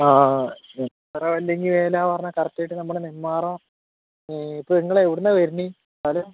ആ ആ ആ നെന്മാറ വല്ലങ്ങി വേലയെന്ന് പറഞ്ഞാൽ കറക്റ്റായിട്ട് നമ്മുടെ നെന്മാറ ഇപ്പോൾ നിങ്ങൾ എവിടെനിന്നാണ് വരുന്നത് സ്ഥലം